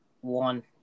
one